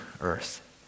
earth